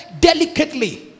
delicately